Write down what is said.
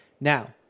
now